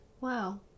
wow